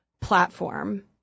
platform